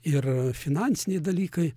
ir finansiniai dalykai